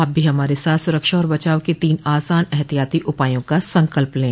आप भी हमारे साथ सुरक्षा और बचाव के तीन आसान एहतियाती उपायों का संकल्प लें